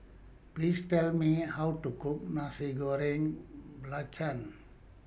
Please Tell Me How to Cook Nasi Goreng Belacan